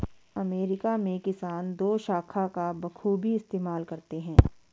America में किसान दोशाखा का बखूबी इस्तेमाल करते हैं